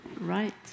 Right